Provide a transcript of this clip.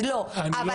אז לא.